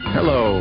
Hello